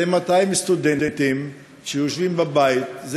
200 סטודנטים שיושבים בבית,